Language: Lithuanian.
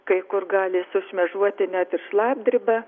kai kur gali sušmėžuoti net ir šlapdriba